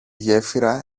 γέφυρα